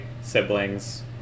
siblings